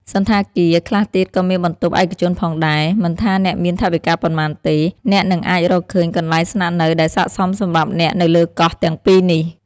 សណ្ឋាគារ ខ្លះទៀតក៏មានបន្ទប់ឯកជនផងដែរ មិនថាអ្នកមានថវិកាប៉ុន្មានទេ អ្នកនឹងអាចរកឃើញកន្លែងស្នាក់នៅដែលស័ក្តិសមសម្រាប់អ្នកនៅលើកោះទាំងពីរនេះ។